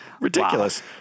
Ridiculous